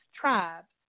tribes